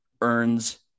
earns